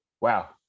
wow